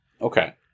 okay